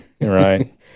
right